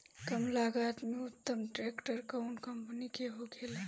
कम लागत में उत्तम ट्रैक्टर कउन कम्पनी के होखेला?